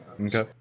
Okay